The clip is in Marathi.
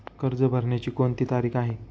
कर्ज भरण्याची कोणती तारीख आहे?